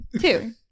Two